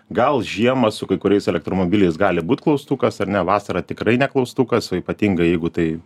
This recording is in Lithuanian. gal žiemą su kai kuriais elektromobiliais gali būt klaustukas ar ne vasarą tikrai ne klaustukas o ypatingai jeigu tai